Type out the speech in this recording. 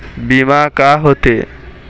बीमा का होते?